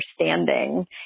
understanding